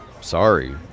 Sorry